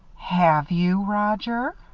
have you, roger?